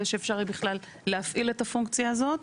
שאפשר יהיה בכלל להפעיל את הפונקציה הזאת.